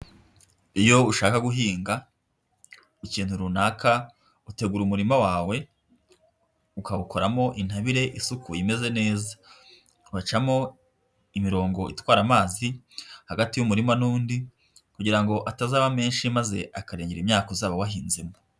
Iyo ushaka guhinga ikintu runaka, utegura umurima wawe, ukawukoramo intabire isuku imeze neza, ugabacamo imirongo itwara amazi hagati y'umurima n'undi, kugira ngo atazaba menshi maze akarengengera imyaka uzaba wahinzemo.